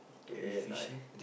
okay nice